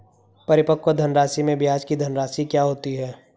परिपक्व धनराशि में ब्याज की धनराशि क्या होती है?